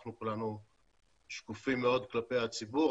אנחנו כולנו שקופים מאוד כלפי הציבור,